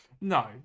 No